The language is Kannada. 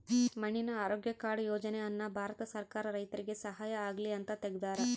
ಮಣ್ಣಿನ ಆರೋಗ್ಯ ಕಾರ್ಡ್ ಯೋಜನೆ ಅನ್ನ ಭಾರತ ಸರ್ಕಾರ ರೈತರಿಗೆ ಸಹಾಯ ಆಗ್ಲಿ ಅಂತ ತೆಗ್ದಾರ